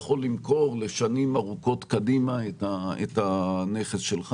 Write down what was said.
יכול למכור לשנים ארוכות קדימה את הנכס שלך.